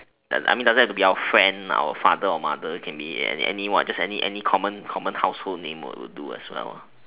I I mean doesn't mean have to be our friend our father or mother it can be anyone just any any common common household name will will do as well